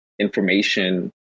information